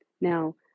Now